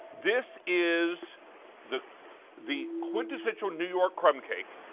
this is the the quintessential new york crumb cake.